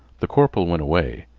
the corporal went away.